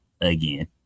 again